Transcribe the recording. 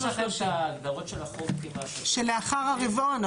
שלאחר הרבעון.